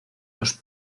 los